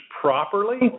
properly